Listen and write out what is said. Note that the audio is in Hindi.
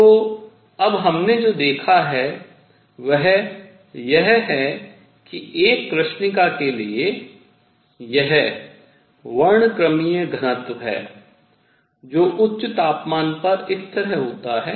तो अब हमने जो देखा है वह यह है कि एक कृष्णिका के लिए यह वर्णक्रमीय घनत्व है जो उच्च तापमान पर इस तरह होता है